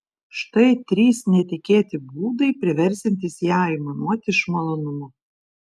štai trys netikėti būdai priversiantys ją aimanuoti iš malonumo